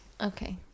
Okay